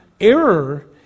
error